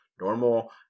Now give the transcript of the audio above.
normal